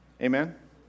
Amen